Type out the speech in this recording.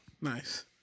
Nice